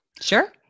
Sure